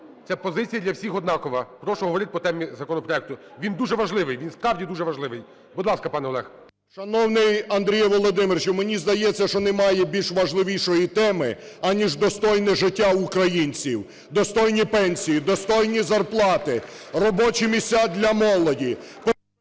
Це позиція для всіх однакова. Прошу, говоріть по темі законопроекту. Він дуже важливий, він справді дуже важливий. Будь ласка, пане Олег. ЛЯШКО О.В. Шановний Андрій Володимирович, мені здається, що немає більш важливішої теми, аніж достойне життя українців, достойні пенсії, достойні зарплати, робочі місця для молоді...